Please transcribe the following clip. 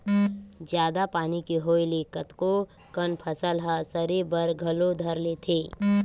जादा पानी के होय ले कतको कन फसल ह सरे बर घलो धर लेथे